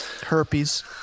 herpes